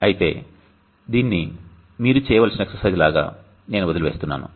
అయితే దీన్ని మీరు చేయవలసిన ఎక్సర్సైజ్ లాగా నేను వదిలి వేస్తున్నాను